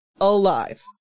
alive